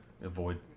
avoid